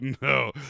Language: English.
No